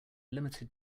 limited